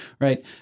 Right